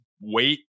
wait